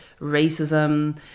racism